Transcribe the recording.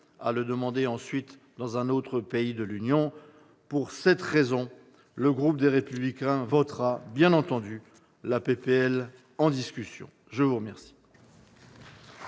à le demander ensuite dans un autre pays de l'Union. Pour cette raison, le groupe Les Républicains votera bien entendu la proposition de loi en